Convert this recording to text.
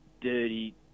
dirty